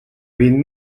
vint